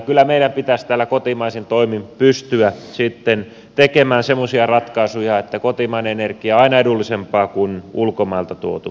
kyllä meidän pitäisi täällä kotimaisin toimin pystyä sitten tekemään semmoisia ratkaisuja että kotimainen energia on aina edullisempaa kuin ulkomailta tuotu